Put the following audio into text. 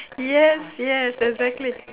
yes yes exactly